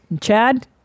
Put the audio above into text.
Chad